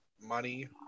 money